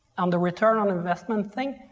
on the return on investment thing,